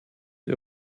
ihr